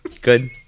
Good